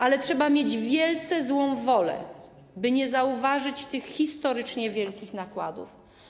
Ale trzeba mieć wielce złą wolę, by nie zauważyć tych historycznie wielkich nakładów.